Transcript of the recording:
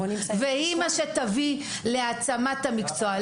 והיא מה שתביא להעצמה של המקצוע,